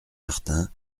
martin